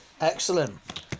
Excellent